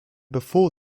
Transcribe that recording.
before